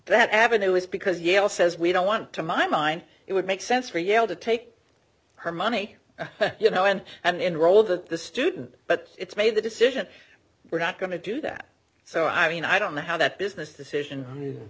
that avenue is because yale says we don't want to my mind it would make sense for yale to take her money you know and and enroll that the student but it's made the decision we're not going to do that so i mean i don't know how that business decision